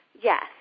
Yes